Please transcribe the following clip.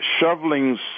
shoveling